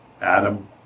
Adam